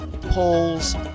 polls